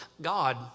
God